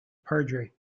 perjury